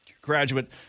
graduate